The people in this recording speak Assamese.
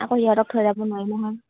আকৌ ইহঁতক থৈ যাব নোৱাৰি মহয়